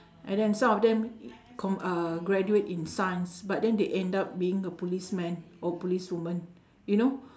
and then some of them i~ co~ uh graduate in science but they end up being a policeman or policewoman you know